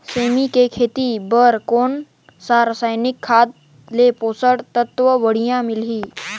सेमी के खेती बार कोन सा रसायनिक खाद ले पोषक तत्व बढ़िया मिलही?